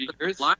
years